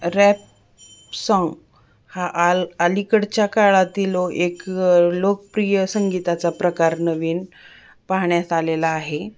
rap song हा आल अलीकडच्या काळातील एक लोकप्रिय संगीताचा प्रकार नवीन पाहण्यात आलेला आहे